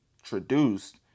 introduced